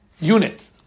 unit